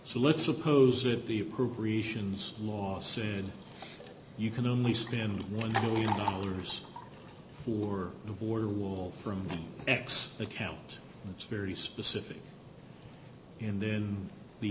so let's suppose that the appropriations law said you can only spend one million dollars for the border wall from x account that's very specific and then the